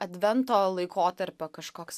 advento laikotarpio kažkoks